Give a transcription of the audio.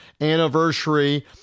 anniversary